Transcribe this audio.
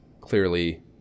clearly